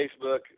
Facebook